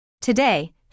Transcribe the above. Today